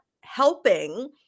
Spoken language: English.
helping